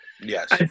Yes